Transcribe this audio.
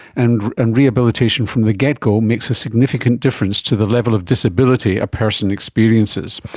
and and rehabilitation from the get-go makes a significant difference to the level of disability a person experiences.